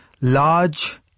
large